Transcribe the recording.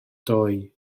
doi